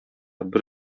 бер